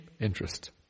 interest